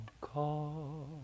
call